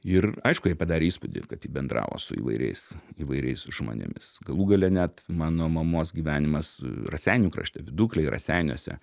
ir aišku jai padarė įspūdį kad ji bendravo su įvairiais įvairiais žmonėmis galų gale net mano mamos gyvenimas raseinių krašte viduklėj raseiniuose